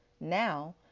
Now